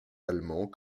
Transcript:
allemands